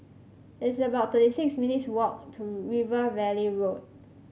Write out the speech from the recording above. it's about thirty six minutes' walk to River Valley Road